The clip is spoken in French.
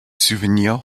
souvenir